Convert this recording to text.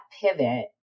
pivot